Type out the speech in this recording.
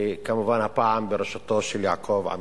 וכמובן, הפעם בראשותו של יעקב עמידרור.